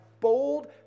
bold